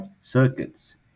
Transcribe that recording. circuits